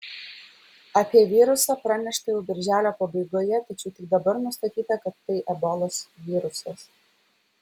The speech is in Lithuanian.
apie virusą pranešta jau birželio pabaigoje tačiau tik dabar nustatyta kad tai ebolos virusas